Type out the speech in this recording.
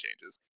changes